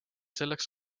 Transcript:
selleks